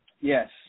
Yes